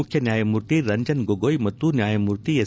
ಮುಖ್ಯ ನ್ಯಾಯಮೂರ್ತಿ ರಂಜನ್ ಗೊಗೋಯ್ ಮತ್ತು ನ್ಯಾಯಮೂರ್ತಿ ಎಸ್